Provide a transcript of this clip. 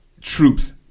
troops